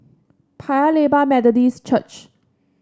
Paya Lebar Methodist Church